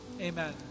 Amen